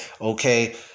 okay